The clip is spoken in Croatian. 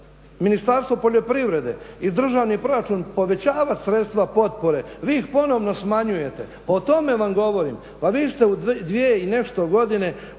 Ministarstvo poljoprivrede i državni proračun povećavati sredstva potpore. Vi ih ponovno smanjujete. Pa o tome vam govorim. Pa vi ste u dvije i nešto godine